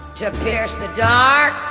tip here's the da